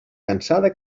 cansada